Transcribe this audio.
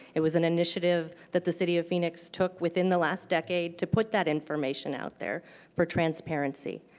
it was an initiative that the city of phoenix took within the last decade to put that information out there for transparency.